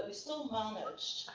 still managed.